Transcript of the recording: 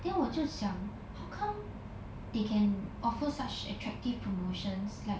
then 我就想 how come they can offer such attractive promotions like